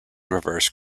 reverse